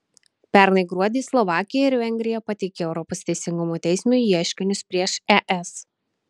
pernai gruodį slovakija ir vengrija pateikė europos teisingumo teismui ieškinius prieš es